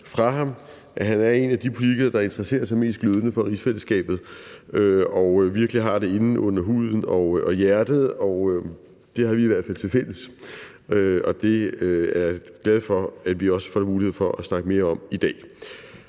fra ham, at han er en af de politikere, der interesserer sig mest glødende for rigsfællesskabet og virkelig har det inde under huden og i hjertet. Det har vi i hvert fald til fælles, og det er jeg glad for at vi også får mulighed for at snakke mere om i dag.